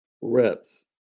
reps